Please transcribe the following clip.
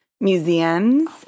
museums